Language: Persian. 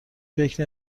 فکر